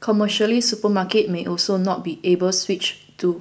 commercially supermarkets may also not be able switch to